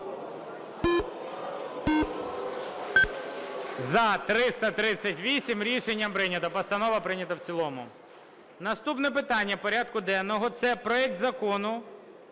За-338 Рішення прийнято. Постанова прийнята в цілому. Наступне питання порядку денного - це проект Закону